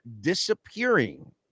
disappearing